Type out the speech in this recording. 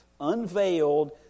unveiled